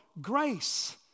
grace